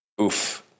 Oof